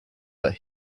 but